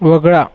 वगळा